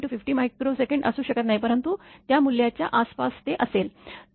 2×50 μsअसू शकत नाही परंतु त्या मूल्याच्या आसपासच ते असेल